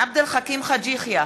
עבד אל חכים חאג' יחיא,